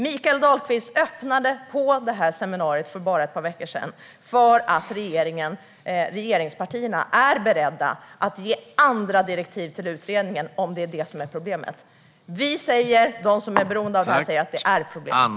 Mikael Dahlqvist öppnade på seminariet för ett par veckor sedan för att regeringspartierna är beredda att ge andra direktiv till utredningen om detta är problemet. Vi och de som är beroende av det här säger att det är problemet.